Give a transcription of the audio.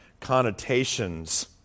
connotations